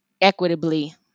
equitably